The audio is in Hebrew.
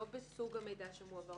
לא בסוג המידע שמועבר.